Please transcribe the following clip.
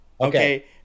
Okay